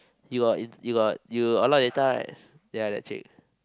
you got you got you a lot of data right